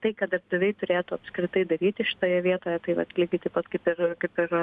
tai ką darbdaviai turėtų apskritai daryti šitoje vietoje tai vat lygiai pat kaip ir kaip ir